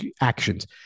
actions